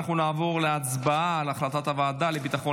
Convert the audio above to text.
אנחנו נעבור להצבעה על החלטת הוועדה לביטחון